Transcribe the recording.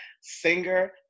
singer